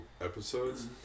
episodes